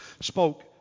spoke